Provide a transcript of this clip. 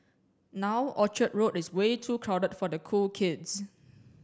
now Orchard Road is way too crowded for the cool kids